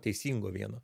teisingo vieno